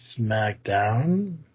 SmackDown